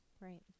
right